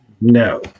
No